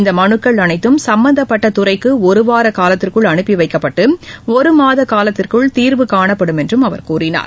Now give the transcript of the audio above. இந்த மனுக்கள் அனைத்தும் சும்பந்தப்பட்டு துறைக்கு ஒருவார காலத்திற்குள் அனுப்பி வைக்கப்பட்டு ஒரு மாத காலத்திற்குள் தீர்வு காணப்படும் என்றும் அவர் கூறினார்